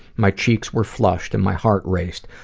my cheeks were flushed and my heart raced,